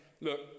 look